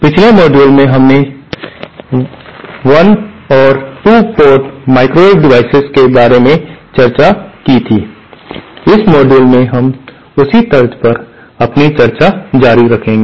पिछले मॉड्यूल में हमने 1 और 2 पोर्ट माइक्रोवेव डिवाइसेस के बारे में चर्चा की थी इस मॉड्यूल में हम उसी तर्ज पर अपनी चर्चा जारी रखेंगे